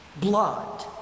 blood